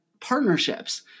partnerships